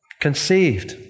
Conceived